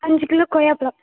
அஞ்சு கிலோ கொய்யாப்பழம்